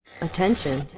Attention